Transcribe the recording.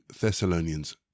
Thessalonians